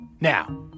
Now